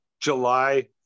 July